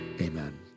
amen